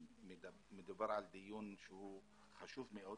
מדובר על דיון חשוב מאוד,